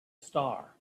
star